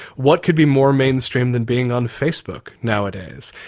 what could be more mainstream than being on facebook nowadays?